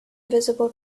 visible